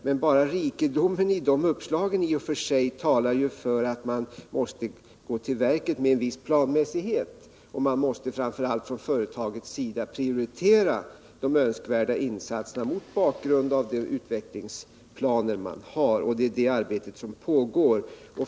Men bara rikedomen av uppslag talar för att man främjande åtgärder måste gå till verket med en viss planmässighet, och man måste framför allt från företagets sida prioritera de önskvärda insatserna mot bakgrund av de utvecklingsplaner man har. Det är det arbetet som pågår.